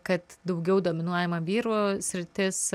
kad daugiau dominuojama vyrų sritis